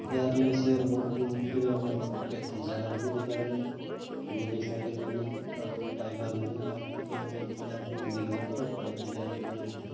wireless ear ବଡ଼୍କୁ କିଣିବା ପାଇଁ ମୁଁ କେତେ ଜାଗାରେ ବୁଲିସାରିଲିଣି ଆଉ ପାଇପାରୁନି ସେଥିପାଇଁ ଆପଣଙ୍କୁ ଦେଖିଲି ତ ଏ ପାଖରେ ଟିକେ ଆସିକିନା